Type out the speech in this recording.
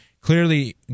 clearly